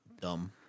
Dumb